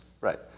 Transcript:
Right